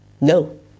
No